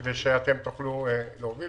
כדי שאתם תוכלו להוביל